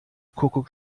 kuckuck